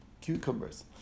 cucumbers